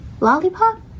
Lollipop